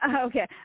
Okay